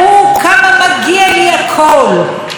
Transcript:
בושה וחרפה.